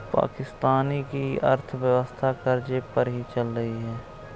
पाकिस्तान की अर्थव्यवस्था कर्ज़े पर ही चल रही है